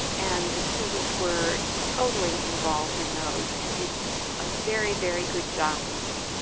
and the students were totally involved in those and did a very, very good job with them,